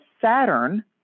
saturn